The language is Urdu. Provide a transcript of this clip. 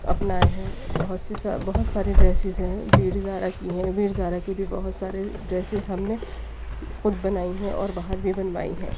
اپنائے ہیں بہت سی بہت سارے ڈریسز ہیں ویر زارہ کی ہیں ویر زارہ کے بھی بہت سارے ڈریسز ہم نے خود بنائی ہیں اور باہر بھی بنوائی ہیں